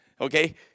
Okay